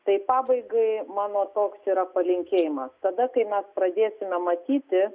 tai pabaigai mano toks yra palinkėjimas tada kai mes pradėsime matyti